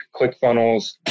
ClickFunnels